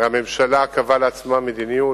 הרי הממשלה קבעה לעצמה מדיניות,